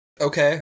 Okay